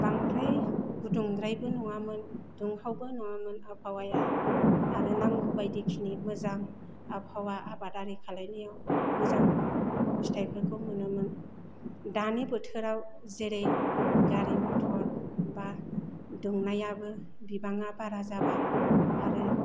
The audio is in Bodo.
बांद्राय गुदुंद्रायबो नङामोन दुंहावबो नङामोन आबहावाया आरो नांगौ बायदिखिनि मोजां आबहावा आबाद आरि खालानायाव मोजां फिथाइफोरखौ मोनोमोन दानि बोथोराव जेरै गारि मथर बा दुंनायाबो बिबाङा बारा जाबाय आरो